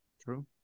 True